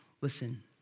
Listen